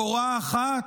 קורה אחת?